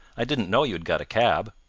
i didn't know you had got a cab.